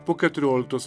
po keturioliktos